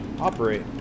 operate